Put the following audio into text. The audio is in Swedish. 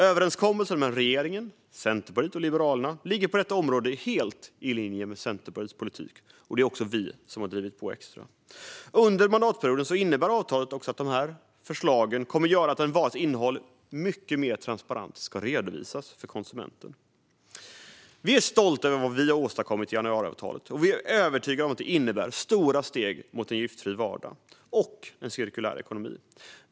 Överenskommelsen mellan regeringen, Centerpartiet och Liberalerna ligger på detta område helt i linje med Centerpartiets politik. Det är också vi som har drivit på extra. Under mandatperioden innebär avtalet också att de förslagen kommer att göra att en varas innehåll ska redovisas mycket mer transparent för konsumenten. Vi är stolta över vad vi har åstadkommit i januariavtalet. Vi är övertygade om att det innebär stora steg mot en giftfri vardag och en cirkulär ekonomi.